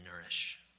nourish